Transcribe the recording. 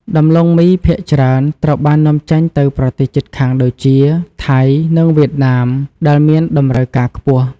ដំឡូងមីភាគច្រើនត្រូវបាននាំចេញទៅប្រទេសជិតខាងដូចជា ថៃ និង វៀតណាម ដែលមានតម្រូវការខ្ពស់។